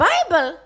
Bible